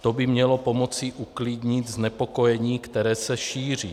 To by mělo pomoci uklidnit znepokojení, které se šíří.